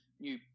new